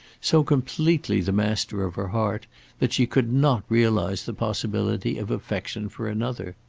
so completely the master of her heart that she could not realise the possibility of affection for another.